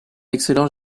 excellent